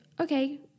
okay